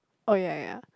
oh ya ya ya